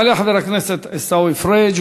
יעלה חבר הכנסת עיסאווי פריג',